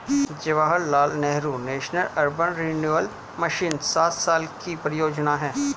Jawaharlal Nehru national urban renewal mission सात साल की परियोजना है